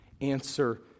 answer